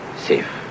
safe